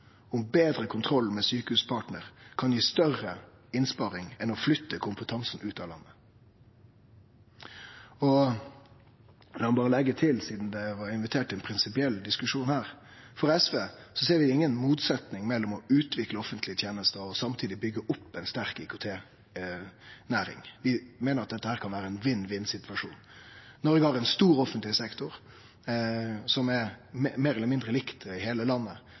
om betre kontroll med Sykehuspartner kan gi større innsparing enn å flytte kompetansen ut av landet? Eg må berre leggje til, sidan det blei invitert til ein prinsipiell diskusjon her: I SV ser vi inga motsetning mellom å utvikle offentlege tenester og samtidig byggje opp ei sterk IKT-næring. Vi meiner at dette kan vere ein vinn-vinn-situasjon. Noreg har ein stor offentleg sektor som er meir eller mindre lik i heile landet.